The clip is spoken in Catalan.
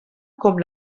com